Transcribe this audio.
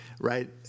right